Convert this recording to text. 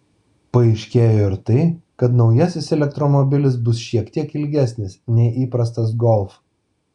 paaiškėjo ir tai kad naujasis elektromobilis bus šiek tiek ilgesnis nei įprastas golf